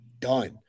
done